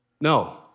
No